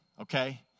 okay